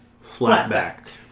flat-backed